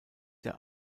der